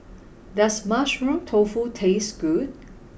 does mushroom tofu taste good